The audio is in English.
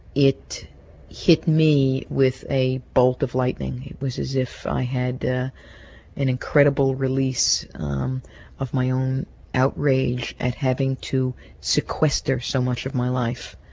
it hit me with a bolt of lightning. it was as if i had an incredible release um of my own outrage at having to sequester so much of my life.